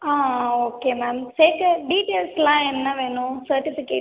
ஆ okay ma'am சேர்க்க டீட்டைல்ஸ்லாம் என்ன வேணும் சர்ட்டிஃபிகேட்